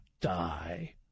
die